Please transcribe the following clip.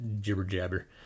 jibber-jabber